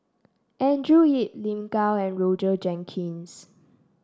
Andrew Yip Lin Gao and Roger Jenkins